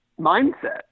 mindset